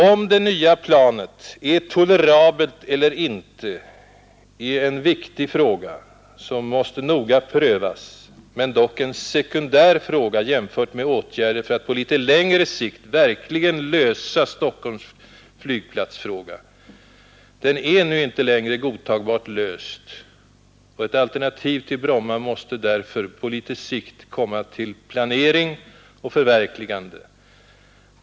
Om det nya jetplanet är tolerabelt eller inte är en viktig fråga som måste noga prövas, men det är dock en sekundär fråga jämfört med åtgärderna för att på litet längre sikt verkligen lösa Stockholms flygplatsproblem. Det är nu inte längre godtagbart löst, och ett alternativ till Bromma måste därför på sikt komma till planering och förverkligande.